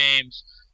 games